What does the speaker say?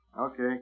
Okay